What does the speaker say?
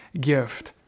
gift